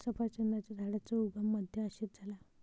सफरचंदाच्या झाडाचा उगम मध्य आशियात झाला